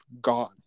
gone